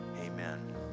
Amen